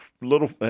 little –